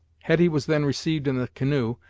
hetty was then received in the canoe,